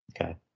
okay